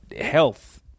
Health